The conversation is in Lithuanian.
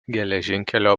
geležinkelio